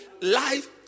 Life